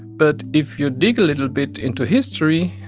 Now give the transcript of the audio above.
but if you dig a little bit into history,